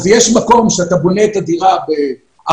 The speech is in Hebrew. אז יש מקום שאתה בונה את הדירה ב-480,000,